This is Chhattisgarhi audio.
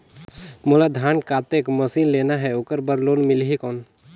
मोला धान कतेक मशीन लेना हे ओकर बार लोन मिलही कौन?